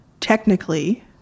technically